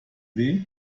weh